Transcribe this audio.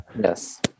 yes